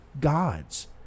gods